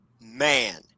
man